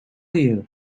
you